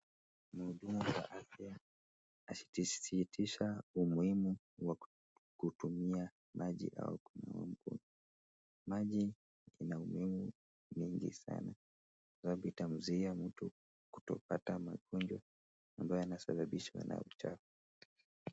Mhudumu wa afya asisitiza umuhimu wa kutumia maji, maji inaumivu mingi sana inazua mtu kutopata magonjwa ambayo inasababishwa na uchafu.